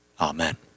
Amen